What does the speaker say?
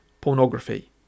pornography